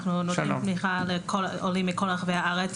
אנחנו נותנים תמיכה לעולים מכל רחבי הארץ.